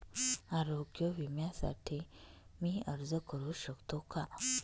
आरोग्य विम्यासाठी मी अर्ज करु शकतो का?